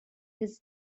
his